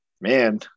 man